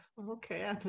Okay